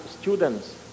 students